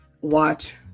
watch